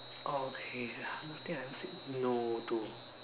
oh okay uh something I've said no to